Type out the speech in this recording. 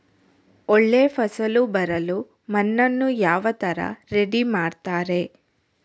ಒಳ್ಳೆ ಫಸಲು ಬರಲು ಮಣ್ಣನ್ನು ಯಾವ ತರ ರೆಡಿ ಮಾಡ್ತಾರೆ?